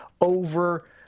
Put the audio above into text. over